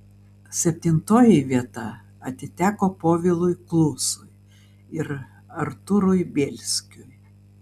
septintoji vieta atiteko povilui klusui ir artūrui bielskiui